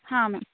ಹಾಂ ಮ್ಯಾಮ್